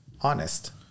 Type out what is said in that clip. honest